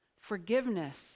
Forgiveness